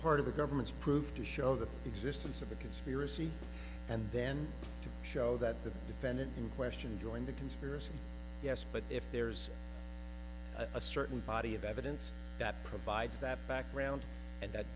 part of the government's proof to show the existence of the conspiracy and then to show that the defendant in question joined the conspiracy yes but if there's a certain body of evidence that provides that background and that